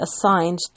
assigned